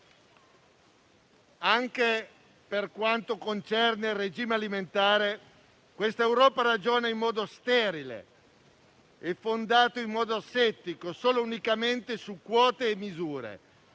Anche per quanto concerne il regime alimentare, questa Europa ragiona in un modo sterile e fondato in modo asettico solo e unicamente su quote e misure.